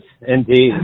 Indeed